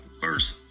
First